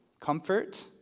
Comfort